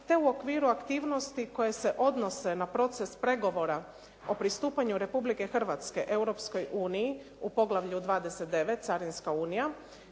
te u okviru aktivnosti koje se odnose na proces pregovora o pristupanju Republike Hrvatske Europskoj uniji u poglavlju 29. carinska unija